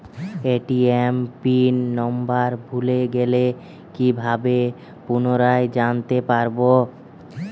ATM pin number ভুলে গেলে কি ভাবে পুনরায় জানতে পারবো?